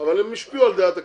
אבל הם השפיעו על דעת הקהל.